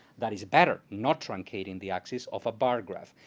that is better, not truncating the axes of a bar graph.